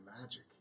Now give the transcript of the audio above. magic